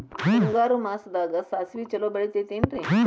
ಮುಂಗಾರು ಮಾಸದಾಗ ಸಾಸ್ವಿ ಛಲೋ ಬೆಳಿತೈತೇನ್ರಿ?